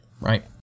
right